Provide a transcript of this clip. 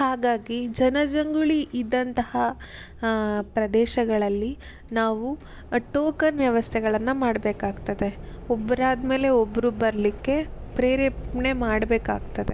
ಹಾಗಾಗಿ ಜನಜಂಗುಳಿ ಇದ್ದಂತಹ ಪ್ರದೇಶಗಳಲ್ಲಿ ನಾವು ಟೋಕನ್ ವ್ಯವಸ್ಥೆಗಳನ್ನು ಮಾಡಬೇಕಾಗ್ತದೆ ಒಬ್ಬರಾದಮೇಲೆ ಒಬ್ಬರು ಬರಲಿಕ್ಕೆ ಪ್ರೇರೇಪಣೆ ಮಾಡಬೇಕಾಗ್ತದೆ